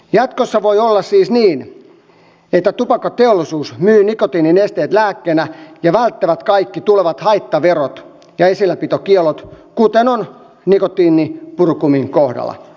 jatkossa voi olla siis niin että tupakkateollisuus myy nikotiininesteet lääkkeenä ja välttää kaikki haittaverot ja esilläpitokiellot kuten on nikotiinipurukumin kohdalla